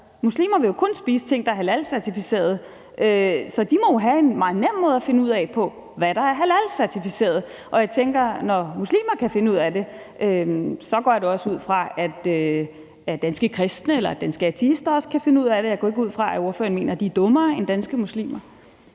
muslimer vil jo kun spise mad, der er halalcertificeret, så de må jo have en meget nem måde at finde ud af på, hvad der er halalcertificeret. Når muslimer kan finde ud af det, går jeg da også ud fra, at danske kristne eller danske ateister kan finde ud af det. Jeg går ikke ud fra, at ordføreren mener, at de er dummere end danske muslimer.